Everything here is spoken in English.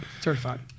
certified